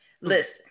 listen